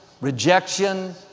rejection